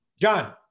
john